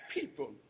people